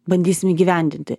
bandysim įgyvendinti